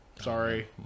Sorry